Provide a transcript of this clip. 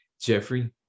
Jeffrey